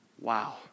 Wow